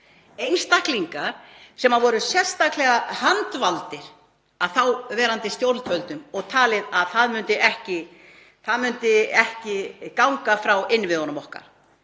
einstaklingum sem voru sérstaklega handvaldir af þáverandi stjórnvöldum og talið að það myndi ekki ganga frá innviðunum okkar.